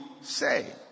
say